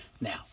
Now